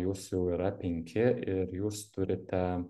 jūsų jau yra penki ir jūs turite